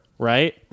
Right